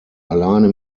alleine